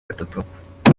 gatatu